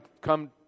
come